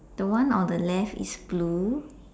the one on the left is blue